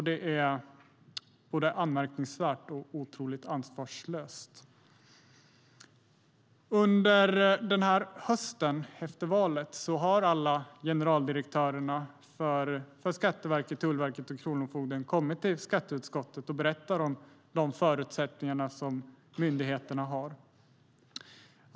Det är både anmärkningsvärt och otroligt ansvarslöst. Under hösten efter valet har alla generaldirektörerna för Skatteverket, Tullverket och Kronofogdemyndigheten kommit till skatteutskottet och berättat om de förutsättningar som myndigheterna har.